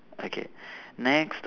okay next